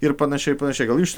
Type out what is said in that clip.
ir pan panašiai gal jūs